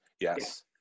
Yes